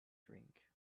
drink